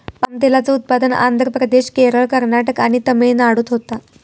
palm तेलाचा उत्पादन आंध्र प्रदेश, केरळ, कर्नाटक आणि तमिळनाडूत होता